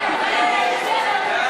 סגן השר מיקי לוי,